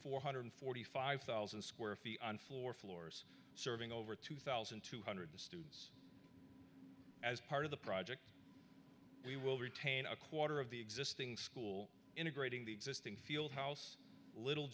four hundred forty five thousand square feet on floor floors serving over two thousand two hundred students as part of the project we will retain a quarter of the existing school integrating the existing field house little